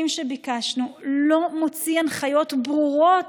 מאז שביקשנו לא מוציא הנחיות ברורות,